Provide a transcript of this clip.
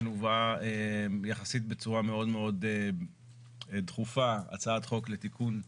הובאה יחסית בצורה מאוד מאוד דחופה הצעת חוק לתיקון,